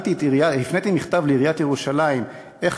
הפניתי מכתב לעיריית ירושלים ושאלתי איך